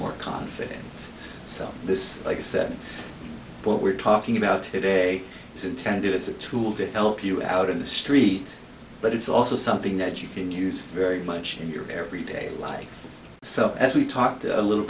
more confident self and this like i said what we're talking about today is intended as a tool to help you out in the street but it's also something that you can use very much in your everyday life so as we talked a little